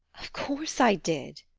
of course, i did!